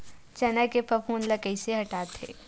चना के फफूंद ल कइसे हटाथे?